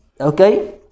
Okay